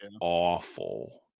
awful